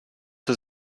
für